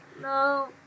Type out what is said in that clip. No